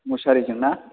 मुसारिजों ना